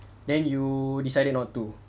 then you decided not to